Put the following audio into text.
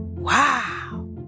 Wow